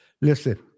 Listen